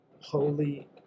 Holy